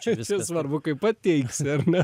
čia čia visada svarbu kaip pateiksi ar ne